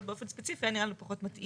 באופן ספציפי היה נראה לנו פחות מתאים.